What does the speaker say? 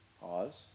Pause